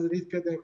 להתקדם.